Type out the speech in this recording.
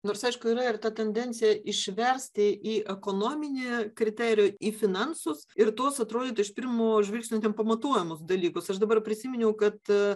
nors aišku yra ir ta tendencija išversti į ekonominį kriterijų į finansus ir tuos atrodytų iš pirmo žvilgsnio nepamatuojamus dalykus aš dabar prisiminiau kad